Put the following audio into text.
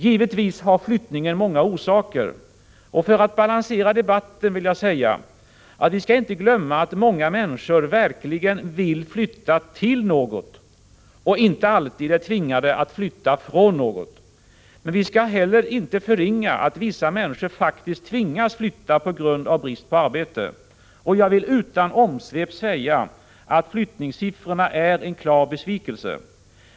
Givetvis har flyttningen många orsaker, och jag vill för att balansera debatten säga: Vi skall inte glömma att många människor verkligen vill flytta till något och inte alltid är tvingade att flytta från något. Men vi skall heller inte förringa att vissa människor faktiskt tvingas flytta på grund av brist på arbete. Jag vill utan omsvep säga, att flyttningssiffrorna är en klar besvikelse.